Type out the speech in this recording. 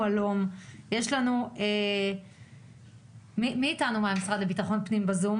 לפי החוק מותר לעשן בנהיגה?